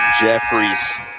Jeffries